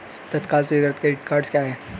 तत्काल स्वीकृति credit cards क्या हैं?